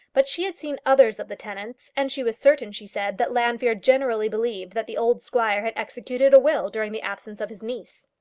but she had seen others of the tenants, and she was certain, she said, that llanfeare generally believed that the old squire had executed a will during the absence of his niece.